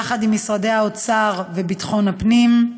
יחד עם משרד האוצר והמשרד לביטחון הפנים.